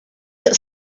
that